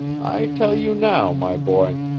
i tell you now, my boy,